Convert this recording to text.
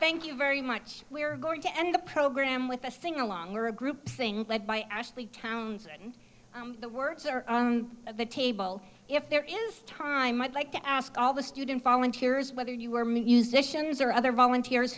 thank you very much we are going to end the program with a sing along we're a group led by ashley townsend the works are at the table if there is time i'd like to ask all the student volunteers whether you were musicians or other volunteers